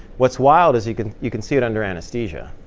what's wild is you can you can see it under anesthesia.